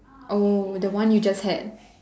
oh the one you just had